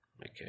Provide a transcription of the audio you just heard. Okay